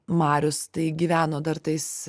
marius tai gyveno dar tais